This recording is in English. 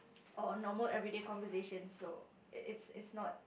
or normal everyday conversations so it's it's not